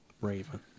raven